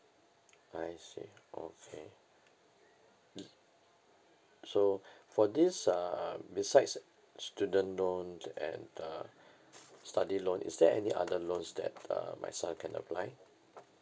I see okay mm so for this uh besides student loan and uh study loan is there any other loans that uh my son can apply